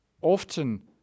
Often